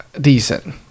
decent